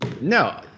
No